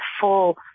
full